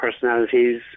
personalities